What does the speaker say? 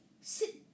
sit